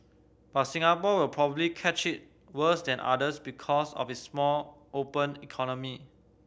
but Singapore will probably catch it worse than others because of its small open economy